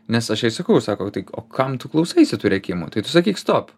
nes aš jai sakau sako tai o kam tu klausaisi tų rėkimų tai tu sakyk stop